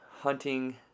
hunting